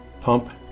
pump